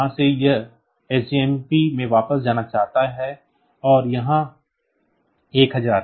इसलिए वहां से हम SJMP में वापस जाना चाहते हैं और यहां 1000 है